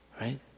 Right